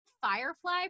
firefly